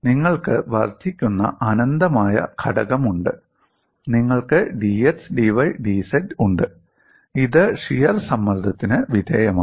നിങ്ങൾക്ക് വർധിക്കുന്ന അനന്തമായ ഘടകം ഉണ്ട് നിങ്ങൾക്ക് "dx dy dz" ഉണ്ട് ഇത് ഷിയർ സമ്മർദ്ദത്തിന് വിധേയമാണ്